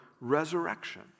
resurrection